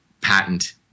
patent